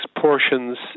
portions